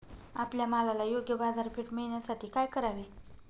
आपल्या मालाला योग्य बाजारपेठ मिळण्यासाठी काय करावे?